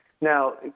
Now